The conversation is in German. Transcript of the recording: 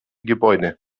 gebäude